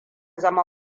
zama